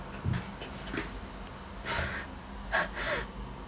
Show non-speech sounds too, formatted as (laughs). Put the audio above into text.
(laughs)